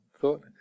thought